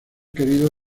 querido